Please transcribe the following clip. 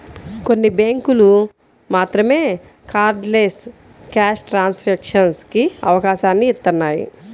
కొన్ని బ్యేంకులు మాత్రమే కార్డ్లెస్ క్యాష్ ట్రాన్సాక్షన్స్ కి అవకాశాన్ని ఇత్తన్నాయి